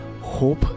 Hope